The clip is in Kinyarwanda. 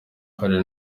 hari